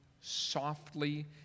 softly